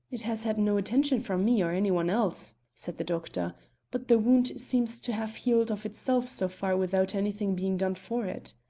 it has had no attention from me or any one else, said the doctor but the wound seems to have healed of itself so far without anything being done for it.